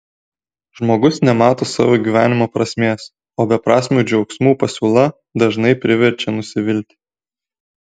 žmogus nemato savo gyvenimo prasmės o beprasmių džiaugsmų pasiūla dažnai priverčia nusivilti